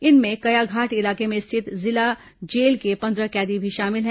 इनमें कयाघाट इलाके में स्थित जिला जेल के पंद्रह कैदी भी शामिल हैं